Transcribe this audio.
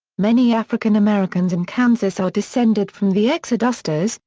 many african americans in kansas are descended from the exodusters,